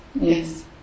Yes